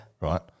right